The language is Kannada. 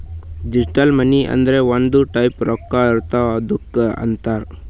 ಡಿಜಿಟಲ್ ಮನಿ ಅಂದುರ್ ಒಂದ್ ಟೈಪ್ ರೊಕ್ಕಾ ಇರ್ತಾವ್ ಅದ್ದುಕ್ ಅಂತಾರ್